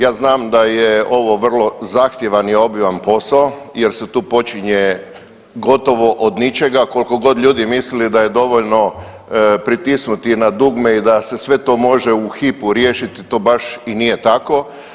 Ja znam da je ovo vrlo zahtjevan i obiman posao jer se tu počinje od ničega koliko god ljudi mislili da je dovoljno pritisnuti na dugme i da se sve to može u hipu riješiti to baš i nije tako.